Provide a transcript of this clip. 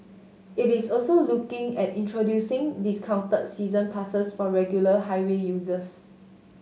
it is also looking at introducing discounted season passes for regular highway users